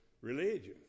religion